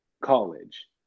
college